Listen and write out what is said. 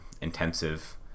intensive